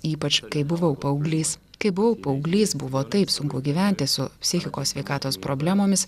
ypač kai buvau paauglys kai buvau paauglys buvo taip sunku gyventi su psichikos sveikatos problemomis